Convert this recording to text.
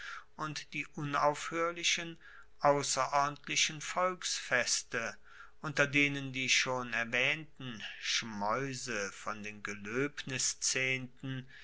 und die unaufhoerlichen ausserordentlichen volksfeste unter denen die schon erwaehnten schmaeuse von den geloebniszehnten